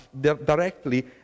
directly